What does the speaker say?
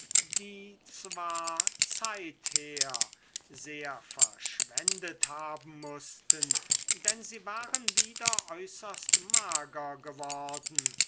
die zwar zeither sehr verschwendet haben mußten denn sie waren wieder äußerst mager geworden